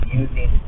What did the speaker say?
using